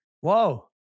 Whoa